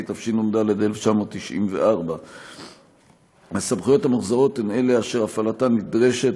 התשנ"ד 1994. הסמכויות המוחזרות הן אלה אשר הפעלתן נדרשת